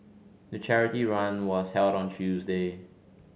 the charity run was held on Tuesday